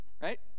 right